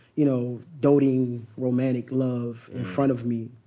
you know doting, romantic love in front of me.